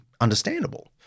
understandable